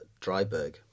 Dryberg